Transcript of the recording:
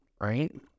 right